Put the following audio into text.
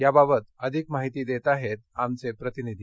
याबाबत अधिक माहिती देत आहेत आमचे प्रतिनिधी